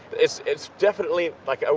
it's it's definitely like, ah